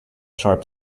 sharp